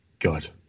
God